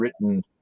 written